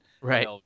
Right